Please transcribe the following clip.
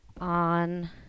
on